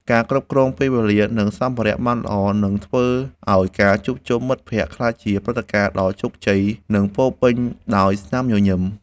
ការគ្រប់គ្រងពេលវេលា និងសម្ភារៈបានល្អ នឹងធ្វើឱ្យការជួបជុំមិត្តភក្តិក្លាយជាព្រឹត្តិការណ៍ដ៏ជោគជ័យ និងពោរពេញដោយស្នាមញញឹម។